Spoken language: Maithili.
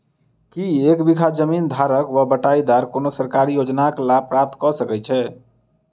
की एक बीघा जमीन धारक वा बटाईदार कोनों सरकारी योजनाक लाभ प्राप्त कऽ सकैत छैक?